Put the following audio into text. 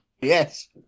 Yes